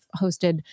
hosted